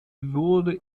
wurde